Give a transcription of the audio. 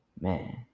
Man